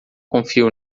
confio